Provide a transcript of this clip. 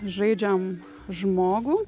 žaidžiam žmogų